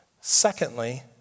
Secondly